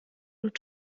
und